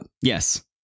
Yes